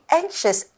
anxious